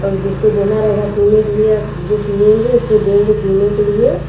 और जिसको देना रहेगा पीने के लिए जो पीएँगे उसको देंगे पीने के लिए